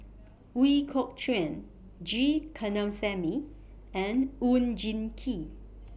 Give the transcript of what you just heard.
Ooi Kok Chuen G Kandasamy and Oon Jin Gee